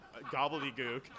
gobbledygook